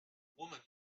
woman